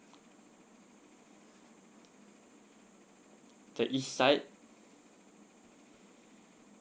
the east side